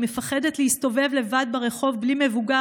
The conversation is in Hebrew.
מפחדת להסתובב לבד ברחוב בלי מבוגר,